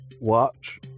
watch